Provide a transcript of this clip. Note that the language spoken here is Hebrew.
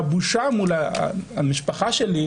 אני לא יכול להתמודד עם הבושה מול המשפחה שלי.